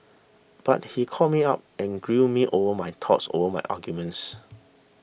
but he called me up and grilled me over my thoughts over my arguments